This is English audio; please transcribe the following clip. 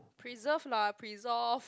preserve lah presolve